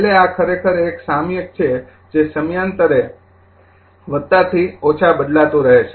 છેલ્લે આ ખરેખર એક સામયિક છે જે સમયાંતરે થી બદલાતું રહે છે